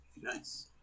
Nice